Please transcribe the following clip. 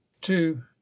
two